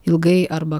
ilgai arba